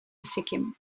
sikkim